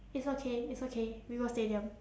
it's okay it's okay we go stadium